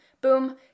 boom